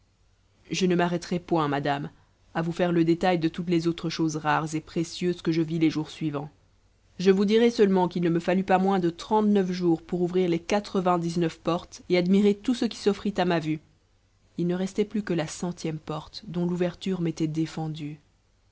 je ne m'arrêterai point madame à vous faire le détail de toutes les autres choses rares et précieuses que je vis les jours suivants je vous dirai seulement qu'il ne me fallut pas moins de trente-neuf jours pour ouvrir les quatre-vingt-dix-neuf portes et admirer tout ce qui s'offrit à ma vue il ne restait plus que la centième porte dont l'ouverture m'était défendue